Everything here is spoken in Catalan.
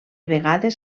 vegades